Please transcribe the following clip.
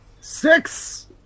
Six